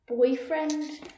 boyfriend